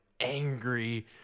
angry